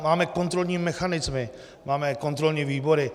Máme kontrolní mechanismy, máme kontrolní výbory.